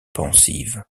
pensive